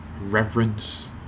reverence